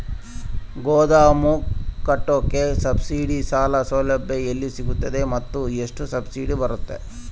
ಗೋದಾಮು ಕಟ್ಟೋಕೆ ಸಬ್ಸಿಡಿ ಸಾಲ ಸೌಲಭ್ಯ ಎಲ್ಲಿ ಸಿಗುತ್ತವೆ ಮತ್ತು ಎಷ್ಟು ಸಬ್ಸಿಡಿ ಬರುತ್ತೆ?